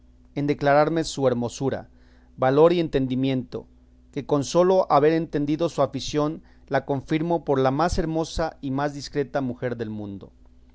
en declararme su hermosura valor y entendimiento que con sólo haber entendido su afición la confirmo por la más hermosa y más discreta mujer del mundo